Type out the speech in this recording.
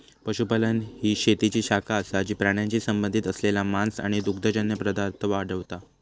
पशुपालन ही शेतीची शाखा असा जी प्राण्यांशी संबंधित असलेला मांस आणि दुग्धजन्य पदार्थ वाढवता